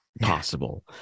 possible